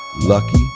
lucky